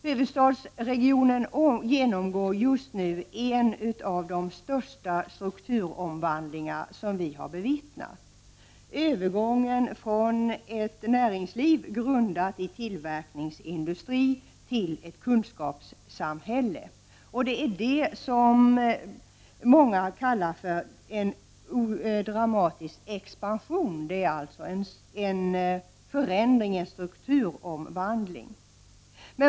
Huvudstadsregionen genomgår just nu en av de största strukturomvandlingar vi har bevittnat — övergången från ett näringsliv grundat i tillverkningsindustri till ett kunskapssamhälle. Det är det som många kallar för en dramatisk expansion. Det är fråga om en strukturomvandling.